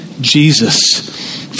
Jesus